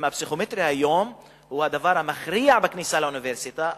אם הפסיכומטרי היום הוא הדבר המכריע בכניסה לאוניברסיטה,